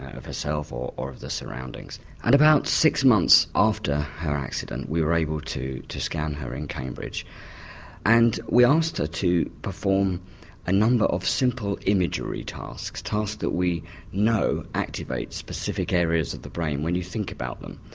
of herself or or of the surroundings. and about six months after her accident we were able to to scan her in cambridge and we asked her to perform a number of simple imagery tasks, tasks that we know activate specific areas of the brain when you think about them.